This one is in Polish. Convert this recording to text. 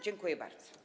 Dziękuję bardzo.